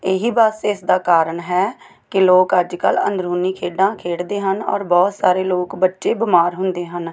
ਇਹੀ ਬਸ ਇਸਦਾ ਕਾਰਨ ਹੈ ਕਿ ਲੋਕ ਅੱਜ ਕੱਲ੍ਹ ਅੰਦਰੂਨੀ ਖੇਡਾਂ ਖੇਡਦੇ ਹਨ ਔਰ ਬਹੁਤ ਸਾਰੇ ਲੋਕ ਬੱਚੇ ਬਿਮਾਰ ਹੁੰਦੇ ਹਨ